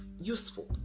useful